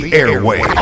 airway